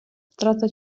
втрата